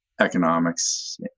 economics